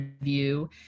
view